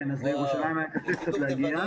כן, אז לירושלים היה קצת קשה להגיע.